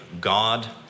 God